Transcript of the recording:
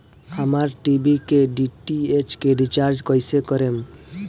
हमार टी.वी के डी.टी.एच के रीचार्ज कईसे करेम?